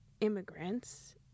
immigrants